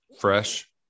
fresh